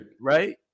Right